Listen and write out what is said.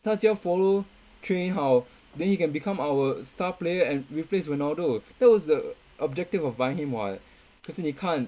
他只要 follow train 好 then he can become our star player and replace ronaldo that was the objective of buying him what 可是你看